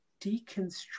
deconstruct